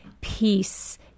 peace